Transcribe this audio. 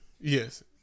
Yes